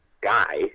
guy